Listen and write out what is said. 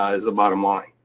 is the bottom line.